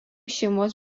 šeimos